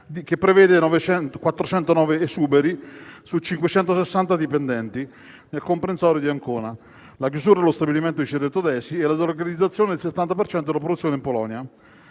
che prevede 409 esuberi su 560 dipendenti, nel comprensorio di Ancona, la chiusura dello stabilimento di Cerreto d'Esi e l'organizzazione del 70 per cento della produzione in Polonia».